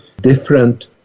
different